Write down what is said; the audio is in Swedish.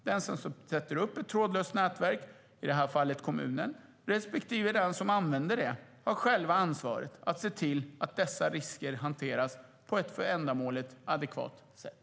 Den som sätter upp ett trådlöst nätverk, i det här fallet kommunen, respektive den som använder det, har själv ansvaret att se till att dessa risker hanteras på ett för ändamålet adekvat sätt.